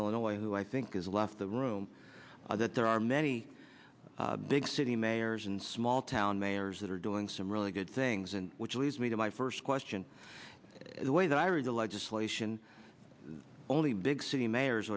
illinois who i think is a left the room that there are many big city mayors and small town mayor is that are doing some really good things and which leads me to my first question the way that i read the legislation only big city mayor